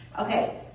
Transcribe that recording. Okay